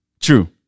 True